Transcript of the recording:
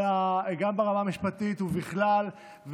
גם ברמה המשפטית ובכלל,